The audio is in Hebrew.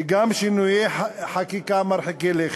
וגם שינויי חקיקה מרחיקי לכת.